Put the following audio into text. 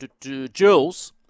Jules